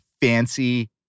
fancy